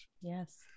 Yes